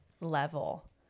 level